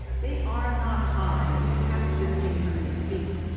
they are not high a perhaps fifteen hundred feet.